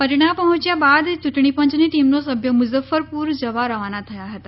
પટણા પર્હોચ્યા બાદ ચૂંટણી પંચની ટીમના સભ્યો મુઝફ્ફરપુર જવા રવાના થયા હતા